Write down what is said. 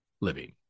living